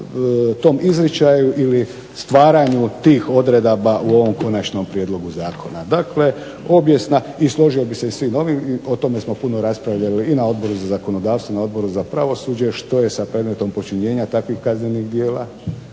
tom izričaju ili stvaranju tih odredaba u ovom konačnom prijedlogu zakona. Dakle obijesna i složio bih se i svim ovim, o tome smo puno raspravljali i na Odboru za zakonodavstvo, na Odboru za pravosuđe što je sa predmetom počinjenja takvih kaznenih djela,